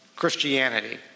Christianity